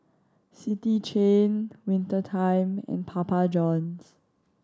City Chain Winter Time and Papa Johns